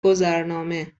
گذرنامه